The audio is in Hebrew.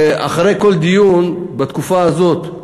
ואחרי כל דיון בתקופה הזאת,